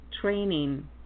training